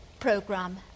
Program